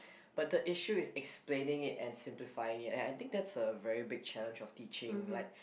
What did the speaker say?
but the issue is explaining it and simplifying it and I think that's a very big challenge of teaching like